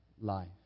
life